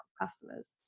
customers